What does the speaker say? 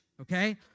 Okay